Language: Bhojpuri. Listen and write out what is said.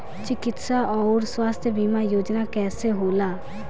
चिकित्सा आऊर स्वास्थ्य बीमा योजना कैसे होला?